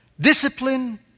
discipline